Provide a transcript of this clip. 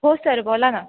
हो सर बोला ना